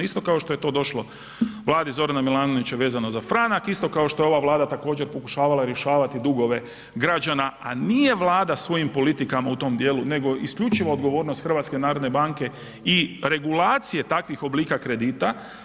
Isto kao što je to došlo vladi Zorana Milanovića vezano za franak, isto kao što je ova Vlada također pokušavala rješavati dugove građana, a nije vlada svojim politikama u tom dijelu nego isključivo odgovornost HNB-a i regulacije takvih oblika kredita.